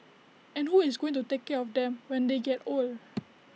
and who is going to take care of them when they get old